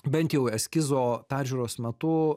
bent jau eskizo peržiūros metu